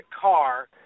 car